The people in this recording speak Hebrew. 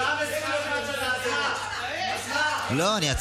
חברת הכנסת טלי גוטליב, לא להשיב.